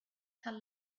tell